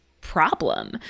problem